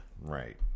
right